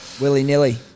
Willy-nilly